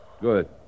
Good